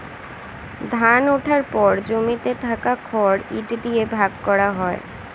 ধান ওঠার পর জমিতে থাকা খড় ইট দিয়ে ভাগ করা হয়